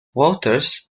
voters